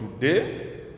today